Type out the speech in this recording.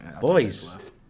Boys